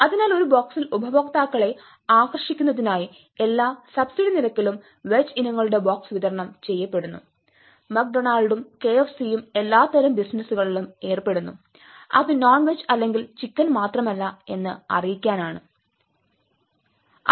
അതിനാൽ ഒരു ബോക്സിൽ ഉപഭോക്താക്കളെ ആകർഷിക്കുന്നതിനായി എല്ലാ സബ്സിഡി നിരക്കിലും വെജ് ഇനങ്ങളുടെ ബോക്സ് വിതരണം ചെയ്യപ്പെടുന്നു മക് ഡൊണാൾഡും കെഎഫ്സിയും എല്ലാത്തരം ബിസിനസ്സുകളിലും ഏർപ്പെടുന്നു അത് നോൺ വെജ് അല്ലെങ്കിൽ ചിക്കൻ മാത്രമല്ല എന്ന് അറിയിക്കാനാണിത്